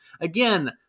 Again